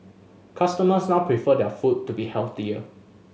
customers now prefer their food to be healthier